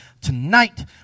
tonight